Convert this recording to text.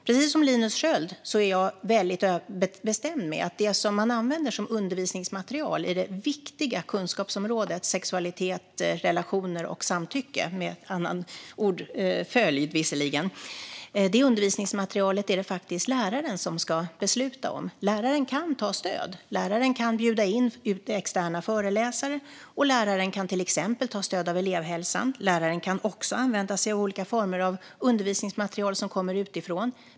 Precis som Linus Sköld är jag väldigt bestämd med att det som man använder som undervisningsmaterial i det viktiga kunskapsområdet sexualitet, relationer och samtycke, visserligen med annan ordföljd, är det faktiskt läraren som ska besluta om. Läraren kan ta stöd, läraren kan bjuda in externa föreläsare och läraren kan till exempel ta stöd av elevhälsan. Läraren kan också använda sig av olika former av undervisningsmaterial som kommer utifrån.